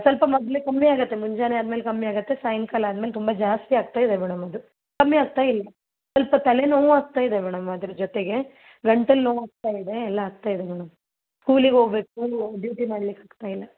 ಸ್ವಲ್ಪ ಮೊದಲೆ ಕಮ್ಮಿ ಆಗುತ್ತೆ ಮುಂಜಾನೆ ಆದ್ಮೇಲೆ ಕಮ್ಮಿ ಆಗುತ್ತೆ ಸಾಯಂಕಾಲ ಆದ್ಮೇಲೆ ತುಂಬಾ ಜಾಸ್ತಿ ಆಗ್ತಾ ಇದೆ ಮೇಡಮ್ ಅದು ಕಮ್ಮಿ ಆಗ್ತಾಯಿಲ್ಲ ಸ್ವಲ್ಪ ತಲೆನೋವು ಆಗ್ತಾ ಇದೆ ಮೇಡಮ್ ಅದ್ರ ಜೊತೆಗೆ ಗಂಟಲು ನೋವಾಗ್ತಾ ಇದೆ ಎಲ್ಲಾ ಆಗ್ತಾ ಇದೆ ಮೇಡಮ್ ಸ್ಕೂಲಿಗೆ ಹೋಗಬೇಕು ಡ್ಯೂಟಿ ಮಾಡ್ಲಿಕೆ ಆಗ್ತಾ ಇಲ್ಲ